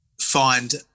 find